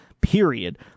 period